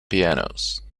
pianos